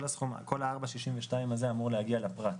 כל ה-4.62% הזה אמור להגיע לפרט,